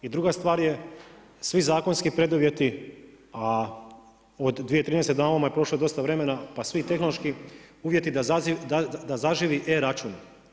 I druga stvar je, svi zakonski preduvjeti a od 2013. na ovamo je prošlo dosta vremena pa svi tehnološki uvjeti da zaživi e-račun.